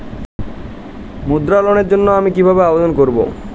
মুদ্রা লোনের জন্য আমি কিভাবে আবেদন করবো?